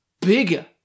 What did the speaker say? bigger